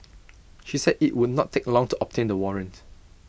she said IT would not take long to obtain the warrant